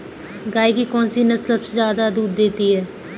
गाय की कौनसी नस्ल सबसे ज्यादा दूध देती है?